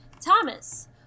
Thomas